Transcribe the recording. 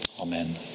Amen